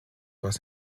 was